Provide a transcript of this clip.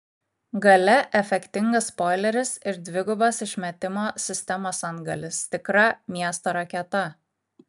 gale efektingas spoileris ir dvigubas išmetimo sistemos antgalis tikra miesto raketa